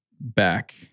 back